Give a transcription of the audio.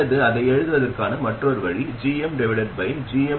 அல்லது அதை எழுதுவதற்கான மற்றொரு வழி gmgmGLgds